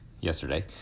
yesterday